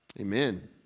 Amen